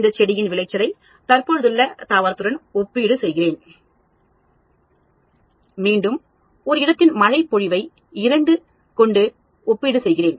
இந்த செடியின் விளைச்சலை தற்போதுள்ள தாவரத்துடன் ஒப்பிட விரும்புகிறேன் மீண்டும் ஒரு இடத்தின் மழைப்பொழிவை கொண்டு ஒப்பீடு செய்கிறேன்